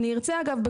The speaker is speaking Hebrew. אני ארצה אגב,